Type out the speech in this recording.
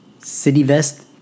CityVest